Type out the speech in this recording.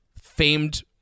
famed